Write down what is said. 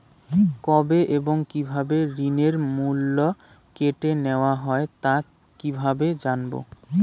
কবে এবং কিভাবে ঋণের মূল্য কেটে নেওয়া হয় তা কিভাবে জানবো?